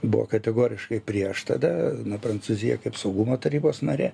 buvo kategoriškai prieš tada prancūzija kaip saugumo tarybos narė